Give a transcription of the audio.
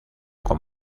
con